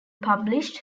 published